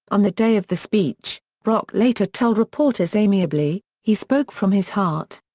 on the day of the speech, brock later told reporters amiably, he spoke from his heart.